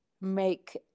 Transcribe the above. make